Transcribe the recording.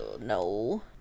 No